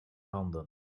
handen